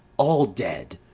all dead.